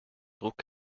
druck